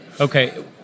okay